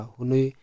Hunui